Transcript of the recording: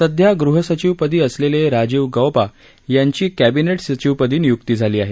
सध्या गृहसचिवपदी असलेले राजीव गाबा यांची कॅबिनेट सचिवपदी निय्क्ती झाली आहे